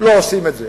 לא עושים את זה.